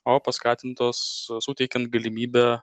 o paskatintos suteikiant galimybę